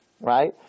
right